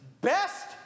best